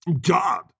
God